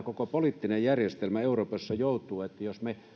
koko poliittinen järjestelmä euroopassa joutuu jos me